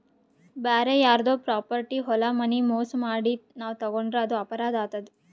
ಬ್ಯಾರೆ ಯಾರ್ದೋ ಪ್ರಾಪರ್ಟಿ ಹೊಲ ಮನಿ ಮೋಸ್ ಮಾಡಿ ನಾವ್ ತಗೋಂಡ್ರ್ ಅದು ಅಪರಾಧ್ ಆತದ್